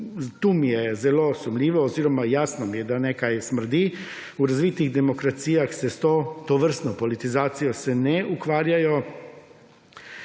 tu mi je zelo sumljivo oziroma jasno mi je, da nekaj smrdi. V razvitih demokracijah se s tovrstno politizacijo se ne ukvarjajo